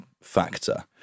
factor